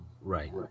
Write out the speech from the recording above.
right